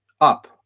up